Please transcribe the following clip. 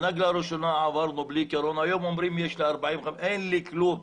את הסיבוב הראשון עברנו בלי קורונה והיום אומרים שיש 40. אין לי כלום.